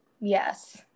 Yes